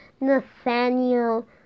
Nathaniel